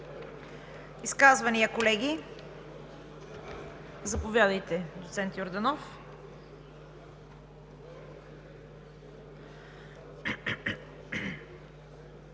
Изказвания, колеги? Заповядайте, доцент Йорданов.